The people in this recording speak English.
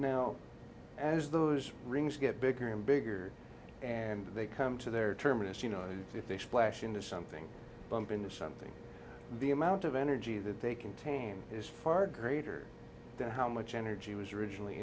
now as the rings get bigger and bigger and they come to their terminus you know if they splash into something bump into something the amount of energy that they contain is far greater than how much energy was originally